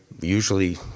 Usually